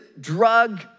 drug